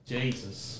Jesus